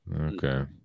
Okay